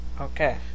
Okay